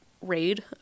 raid